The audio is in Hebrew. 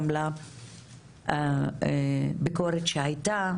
גם לביקורת שהייתה,